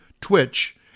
Twitch